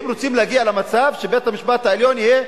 הם רוצים להגיע למצב שבית-המשפט העליון יהיה,